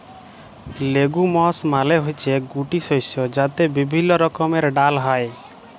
legumes মালে হচ্যে গুটি শস্য যাতে বিভিল্য রকমের ডাল হ্যয়